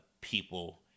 people